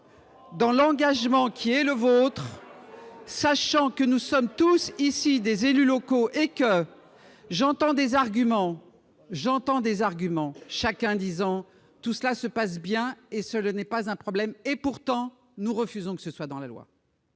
dans l'engagement qui est le vôtre. Sachant que nous sommes tous ici des élus locaux et que j'entends des arguments, j'entends des arguments chacun disant tout cela se passe bien et cela n'est pas un problème, et pourtant nous refusons que ce soit dans la loi.